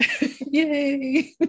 Yay